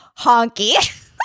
Honky